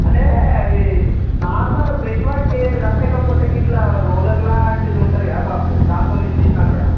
అంటే అవి normal brush పట్టి ఏసుడా లేకపోతే ఇట్లా రోలరు లాంటిది ఉంటుందిగా బాపు దానితోని ఇట్లిట్లా అనుడా